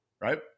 right